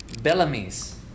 Bellamy's